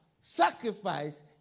sacrifice